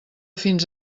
fins